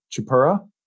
Chapura